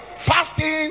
Fasting